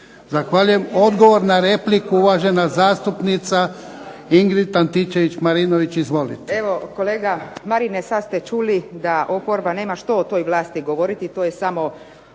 Zahvaljujem. Odgovor na repliku uvažena zastupnica Ingrid Antičević Marinović.